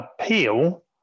appeal